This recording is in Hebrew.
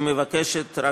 היא מבקשת רק,